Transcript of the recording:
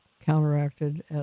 counteracted